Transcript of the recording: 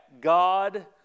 God